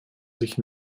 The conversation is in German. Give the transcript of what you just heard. sich